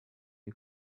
you